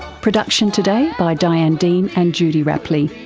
production today by diane dean and judy rapley.